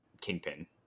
Kingpin